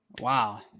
wow